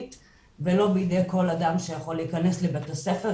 ולא בידי כל אדם שיכול להיכנס לבית הספר.